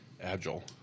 Agile